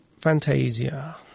Fantasia